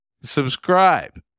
Subscribe